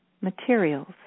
materials